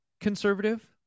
conservative